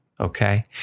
Okay